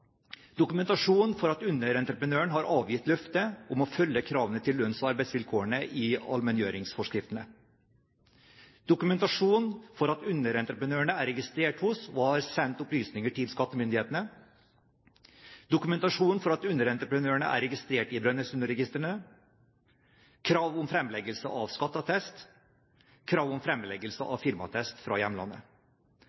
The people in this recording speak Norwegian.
dokumentasjon for at underentreprenøren har avgitt løfte om å følge kravene til lønns- og arbeidsvilkårene i allmenngjøringsforskriftene dokumentasjon for at underentreprenøren er registrert hos og har sendt opplysninger til skattemyndighetene dokumentasjon for at underentreprenøren er registrert i Brønnøysundregistrene krav om fremleggelse av skatteattest krav om fremleggelse